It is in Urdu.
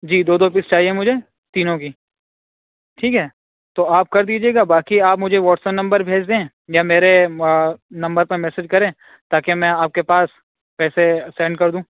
جی دو دو پیس چاہیے مجھے تینوں کی ٹھیک ہے تو آپ کر دیجیے گا باقی آپ مجھے واٹس اپ نمبر بھیج دیں یا میرے نمبر پر میسج کریں تاکہ میں آپ کے پاس پیسے سینڈ کردوں